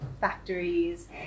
factories